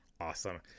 Awesome